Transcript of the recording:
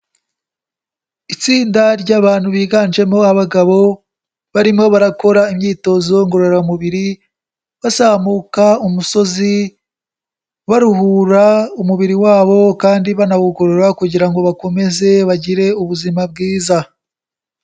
Itsinda ry'abantu biganjemo abagabo, barimo barakora imyitozo ngororamubiri, bazamuka umusozi, baruhura umubiri wabo kandi banawugorura kugira ngo bakomeze bagire ubuzima bwiza.